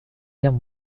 guerre